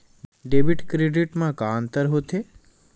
Debit credit मा का अंतर होत हे?